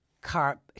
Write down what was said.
car